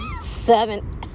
seven